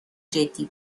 جدی